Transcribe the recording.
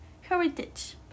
heritage